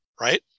right